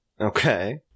okay